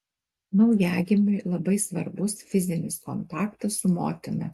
naujagimiui labai svarbus fizinis kontaktas su motina